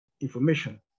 information